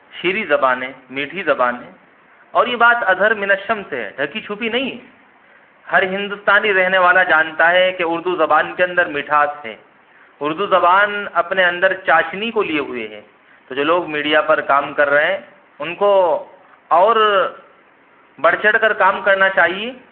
شیریں زبان ہے میٹھی زبان ہے اور یہ بات اظہر من الشمس ہے ڈھکی چھپی نہیں ہے ہر ہندوستانی رہنے والا جانتا ہے کہ اردو زبان کے اندر مٹھاس ہے اردو زبان اپنے اندر چاشنی کو لیے ہوئے ہے تو جو لوگ میڈیا پر کام کر رہے ہیں ان کو اور بڑھ چڑھ کر کام کرنا چاہیے